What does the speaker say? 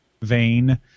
vein